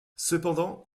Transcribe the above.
cependant